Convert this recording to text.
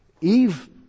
Eve